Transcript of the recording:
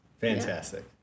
fantastic